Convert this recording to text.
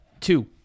Two